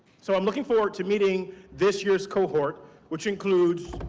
so i'm looking forward to meeting this year's cohort which includes,